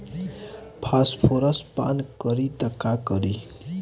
Phosphorus पान करी त का करी?